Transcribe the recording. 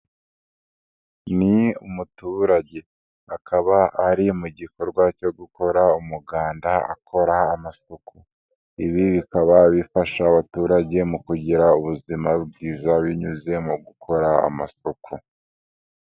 Ni umuturage akaba ari mu gikorwa cyo gukora umuganda akora amasuku, ibi bikaba bifasha abaturage mu kugira ubuzima bwiza binyuze mu gukora amasuku.